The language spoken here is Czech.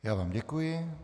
Já vám děkuji.